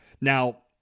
Now